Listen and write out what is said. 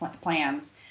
plans